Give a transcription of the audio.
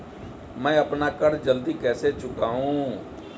मैं अपना कर्ज जल्दी कैसे चुकाऊं?